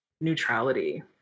neutrality